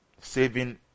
saving